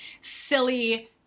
silly